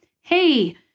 hey